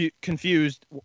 confused